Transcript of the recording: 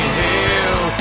hell